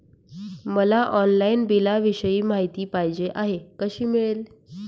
मला ऑनलाईन बिलाविषयी माहिती पाहिजे आहे, कशी मिळेल?